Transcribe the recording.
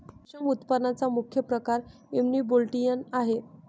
रेशम उत्पादनाचा मुख्य प्रकार युनिबोल्टिन आहे